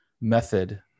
method